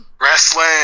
wrestling